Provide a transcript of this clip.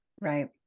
Right